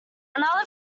another